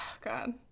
God